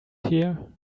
here